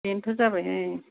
बेनोथ' जाबायहाय